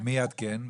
מי יעדכן?